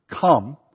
Come